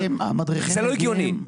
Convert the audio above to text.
אבל זה לא הגיוני.